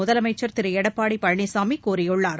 முதலமைச்சர் திரு எடப்பாடி பழனிசாமி கூறியுள்ளார்